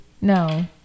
No